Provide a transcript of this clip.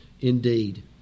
indeed